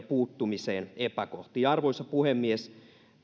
puuttumiseen arvoisa puhemies